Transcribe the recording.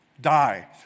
die